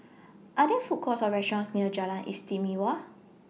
Are There Food Courts Or restaurants near Jalan Istimewa